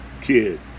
kid